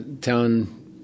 town